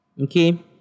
okay